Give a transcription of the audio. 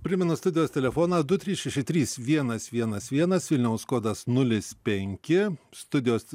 primenu studijos telefonas du trys šeši trys vienas vienas vienas vilniaus kodas nulis penki studijos